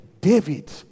David